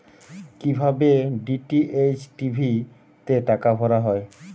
কি ভাবে DTH TV তে টাকা ভরা হয়?